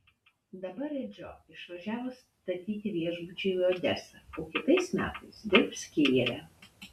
dabar redžo išvažiavo statyti viešbučio į odesą o kitais metais dirbs kijeve